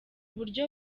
buryo